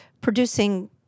producing